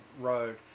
road